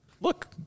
look